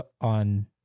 on